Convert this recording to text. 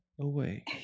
away